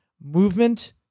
Movement